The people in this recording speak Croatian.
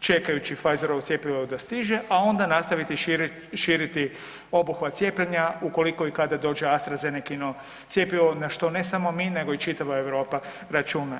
čekajući Pfizerovo cjepivo da stiže, a onda nastaviti širiti obuhvat cijepljenja ukoliko i kada dođe AstraZenecino cjepivo, na što ne samo mi nego i čitava Europa računa.